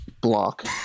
block